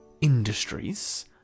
Industries